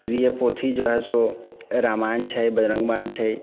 प्रिय पोथी जो हइ सो रामायण छै बजरङ्ग बाण छै